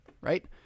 right